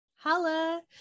holla